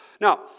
Now